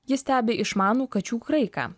ji stebi išmanų kačių kraiką